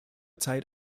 zeit